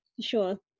Sure